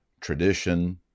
tradition